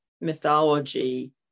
mythology